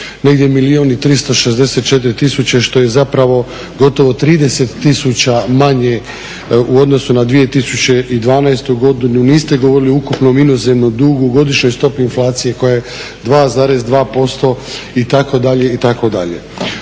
milijun i 364 tisuće što je zapravo gotovo 30 tisuća manje u odnosu na 2012. godinu. Niste govorili o ukupnom inozemnom dugu, godišnjoj stopi inflacije koja je 2,2%, itd.,